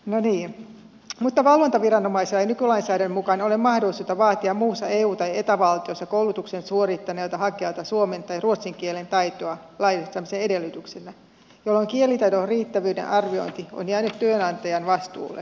näin leiri jota varten viranomaisen nikulaisen mukaan ole mahdollisuutta vaatia muussa eu tai eta valtiossa koulutuksen suorittaneelta hakijalta suomen tai ruotsin kielen taitoa laillistamisen edellytyksenä jolloin kielitaidon riittävyyden arviointi on jäänyt työnantajan vastuulle